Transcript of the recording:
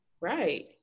Right